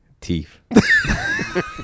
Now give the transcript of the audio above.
Teeth